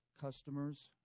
customers